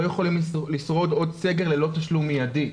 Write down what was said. יכולים לשרוד עוד סגר ללא תשלום מיידי.